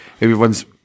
everyone's